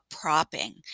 propping